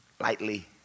lightly